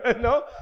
No